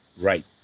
Right